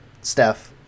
Steph